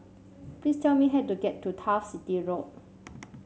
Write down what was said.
please tell me how to get to Turf City Road